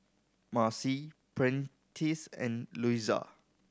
Marcy Prentice and Luisa